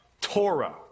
Torah